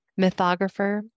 mythographer